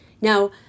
Now